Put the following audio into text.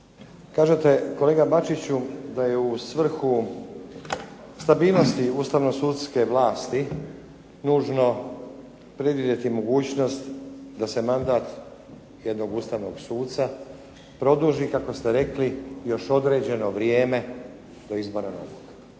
Kažete kolega Bačiću da je u svrhu stabilnosti ustavnosudske vlasti nužno predvidjeti mogućnost da se mandat jednog ustavnog suca produži kako ste rekli još određeno vrijeme do izbora novog.